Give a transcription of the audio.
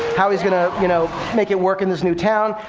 how he's going to, you know, make it work in this new town.